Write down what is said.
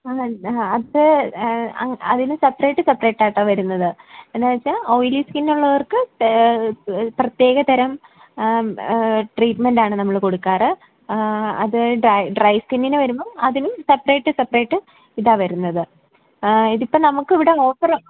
ആ മൻ അത് അ അങ്ങ് അതിന് സെപ്പറേറ്റ് സെപ്പറേറ്റ് ആയിട്ടാണ് വരുന്നത് എന്നു വെച്ചാൽ ഓയിലി സ്കിൻ ഉള്ളവർക്ക് പ്രത്യേകതരം ട്രീറ്റ്മെൻറ്റാണ് നമ്മള് കൊടുക്കാറ് അത് ഡൈ ഡ്രൈ സ്കിന്നിൽ വരുമ്പോൾ അതിനും സെപ്പറേറ്റ് സെപ്പറേറ്റ് ഇതാ വരുന്നത് ഇതിപ്പോൾ നമുക്ക് ഇവിടെ ഓഫർ